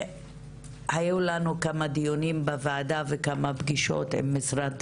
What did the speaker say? היו לנו כמה דיונים בוועדה וכמה פגישות עם משרד